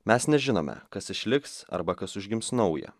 mes nežinome kas išliks arba kas užgims nauja